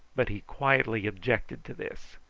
but he quietly objected to this.